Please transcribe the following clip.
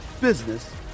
business